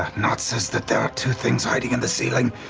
nott says that there are two things hiding in the ceiling.